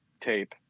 tape